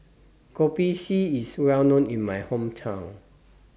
Kopi C IS Well known in My Hometown